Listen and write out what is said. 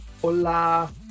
Hola